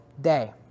day